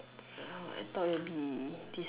uh I thought it would be this